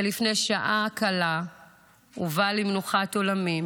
שלפני שעה קלה הובא למנוחת עולמים,